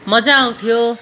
मज्जा आउँथ्यो